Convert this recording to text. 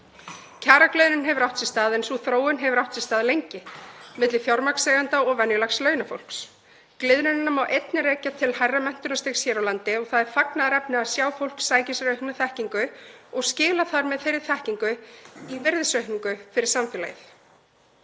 Kjaragliðnun hefur átt sér stað en sú þróun hefur verið lengi milli fjármagnseigenda og venjulegs launafólks. Gliðnunina má einnig rekja til hærra menntunarstigs hér á landi og það er fagnaðarefni að sjá fólk sækja sér aukna þekkingu og skila þar með þeirri þekkingu í virðisaukningu fyrir samfélagið.